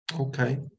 Okay